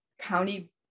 county